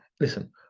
listen